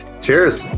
Cheers